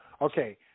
Okay